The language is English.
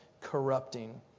corrupting